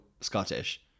Scottish